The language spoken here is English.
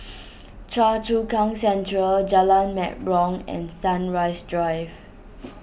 Choa Chu Kang Central Jalan Mempurong and Sunrise Drive